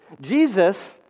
Jesus